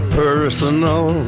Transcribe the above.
personal